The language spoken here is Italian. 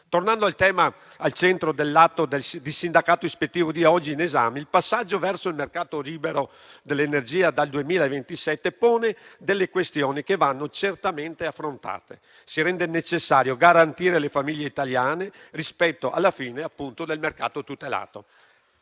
Tornando al tema al centro dell'atto di sindacato ispettivo di oggi in esame, il passaggio verso il mercato libero dell'energia dal 2027 pone delle questioni che vanno certamente affrontate. Si rende necessario garantire le famiglie italiane rispetto alla fine del mercato tutelato.